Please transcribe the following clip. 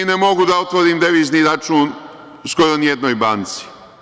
Ne mogu da otvorim devizni račun skoro u ni jednoj banci.